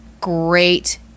great